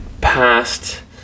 past